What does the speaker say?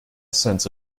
sense